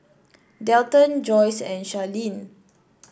Delton Joyce and Charlene